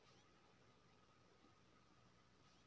मुद्रा लोन लेके वास्ते जरुरी कागज?